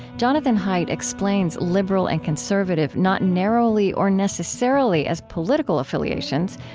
jonathan haidt explains liberal and conservative not narrowly or necessarily as political affiliations,